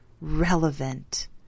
relevant